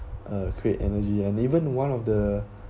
uh create energy and even one of the